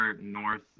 north